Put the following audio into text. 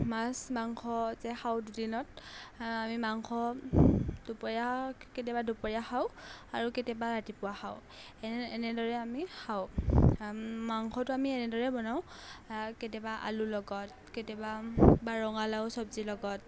মাছ মাংস যে খাওঁ দুদিনত আমি মাংস দুপৰীয়া কেতিয়াবা দুপৰীয়া খাওঁ আৰু কেতিয়াবা ৰাতিপুৱা খাওঁ এনে এনেদৰে আমি খাওঁ মাংসটো আমি এনেদৰে বনাওঁ কেতিয়াবা আলুৰ লগত কেতিয়াবা বা ৰঙালাও চব্জিৰ লগত